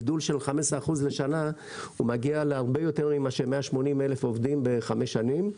גידול של 15% לשנה הוא מגיע להרבה יותר ממה ש-180 אלף עובדים בחמש שנים,